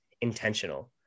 intentional